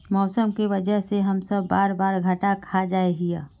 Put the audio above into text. मौसम के वजह से हम सब बार बार घटा खा जाए हीये?